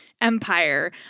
empire